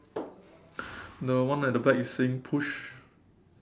the one at the back is saying push